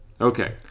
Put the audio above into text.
Okay